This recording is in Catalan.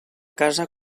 casa